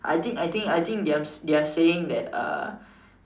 I think I think I think they're they're saying that uh